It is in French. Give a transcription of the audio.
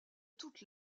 toutes